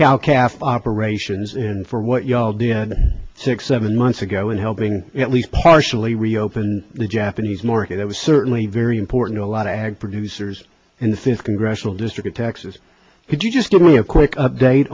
caff operations in for what you all did six seven months ago in helping at least partially reopen the japanese market was certainly very important to a lot of producers in the fifth congressional district of texas could you just give me a quick update